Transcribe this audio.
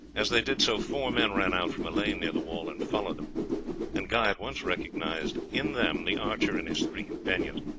as they did so, four men ran out from a lane near the wall and followed them and guy at once recognized in them the archer and his three companions.